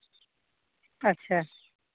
ᱟᱪᱪᱷᱟ